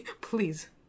Please